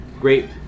great